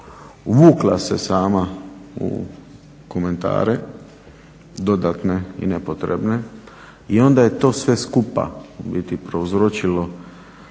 Uvukla se sama u komentare dodatne i nepotrebne i onda je to sve skupa u biti prouzročilo